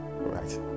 Right